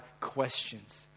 questions